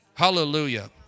Hallelujah